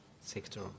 sector